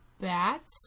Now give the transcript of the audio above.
bats